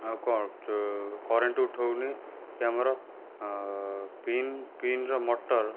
ଆଉ କ'ଣ ଚ କରେଣ୍ଟ୍ ଉଠଉନି କି ଆମର ପିନ୍ ପିନ୍ର ମଟର୍